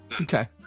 Okay